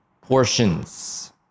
portions